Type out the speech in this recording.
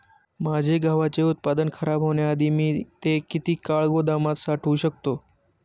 माझे गव्हाचे उत्पादन खराब होण्याआधी मी ते किती काळ गोदामात साठवू शकतो?